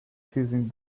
seizing